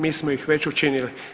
Mi smo ih već učinili.